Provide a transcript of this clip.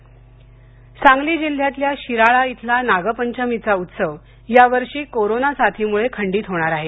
सांगली सांगली जिल्ह्यातल्या शिराळा इथला नागपंचमीचा उत्सव यावर्षी कोरोना साथीमुळे खंडीत होणार आहे